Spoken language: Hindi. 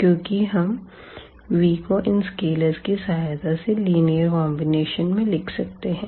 क्योंकि हम v को इन स्केलरस की सहायता से लीनियर कॉम्बिनेशन में लिख सकते है